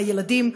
הילדים,